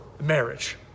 marriage